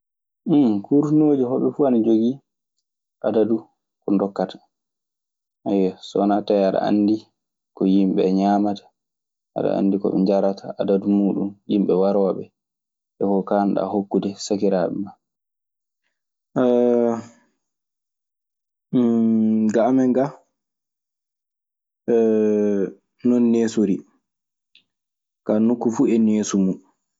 kurtinooji, hoɓe fuu ana njogii adadu ko ndokkata. so wanaa tawee aɗa anndi ko yimɓe ñaamata aɗa anndi ko ɓe njarata adadu muuɗum. Yimɓe warooɓe eko kaanɗaa hokkude sakiraaɓe maa. Ga amen ga non neesorii. Kaa nokku fu e neesu mun.